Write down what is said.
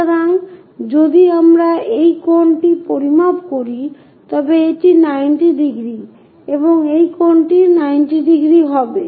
সুতরাং যদি আমরা এই কোণটি পরিমাপ করি তবে এটি 90 ডিগ্রী এবং এই কোণটিও 90 ডিগ্রী হবে